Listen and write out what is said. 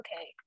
okay